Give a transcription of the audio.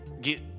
get